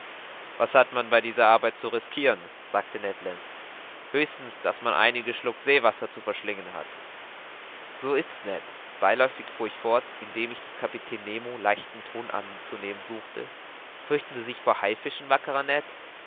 was hat man bei dieser arbeit zu riskiren sagte ned land höchstens daß man einige schluck seewasser zu verschlingen hat so ist's ned beiläufig fuhr ich fort indem ich des kapitäns nemo leichten ton anzunehmen suchte fürchten sie sich vor den haifischen wackerer